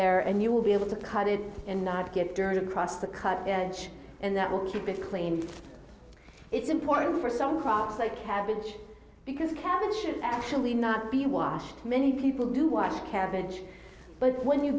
there and you will be able to cut it and not get dirt across the cut and that will keep it clean it's important for some crops like cabbage because cabbage should actually not be washed many people do watch cabbage but when you